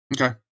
okay